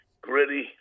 gritty